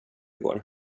går